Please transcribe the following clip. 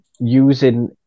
using